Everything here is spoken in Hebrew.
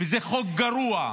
זה חוק גרוע.